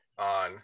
on